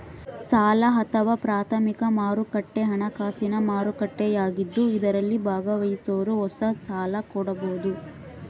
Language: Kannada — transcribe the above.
ಸಾಲ ಅಥವಾ ಪ್ರಾಥಮಿಕ ಮಾರುಕಟ್ಟೆ ಹಣಕಾಸಿನ ಮಾರುಕಟ್ಟೆಯಾಗಿದ್ದು ಇದರಲ್ಲಿ ಭಾಗವಹಿಸೋರು ಹೊಸ ಸಾಲ ಕೊಡಬೋದು